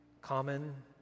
Common